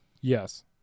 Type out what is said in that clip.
Yes